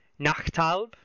Nachtalb